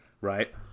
Right